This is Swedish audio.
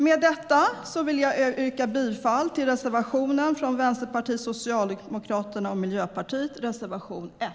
Med detta yrkar jag bifall till reservation 1 från Vänsterpartiet, Socialdemokraterna och Miljöpartiet.